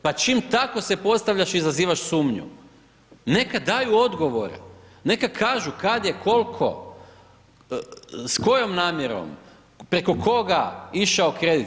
Pa čim tako se postavljaš izazivaš sumnju, neka daju odgovore, neka kažu kad je koliko, s kojom namjerom, preko koga išao kredit.